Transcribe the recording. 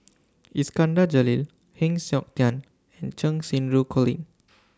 Iskandar Jalil Heng Siok Tian and Cheng Xinru Colin